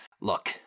Look